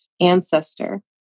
Ancestor